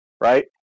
right